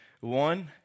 One